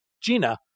GINA